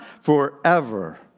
forever